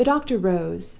the doctor rose,